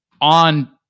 on